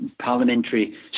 parliamentary